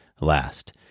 last